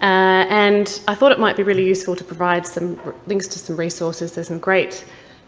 and i thought it might be really useful to provide some links to some resources. there's some great